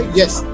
yes